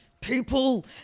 people